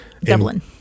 Dublin